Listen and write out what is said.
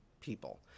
people